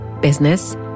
business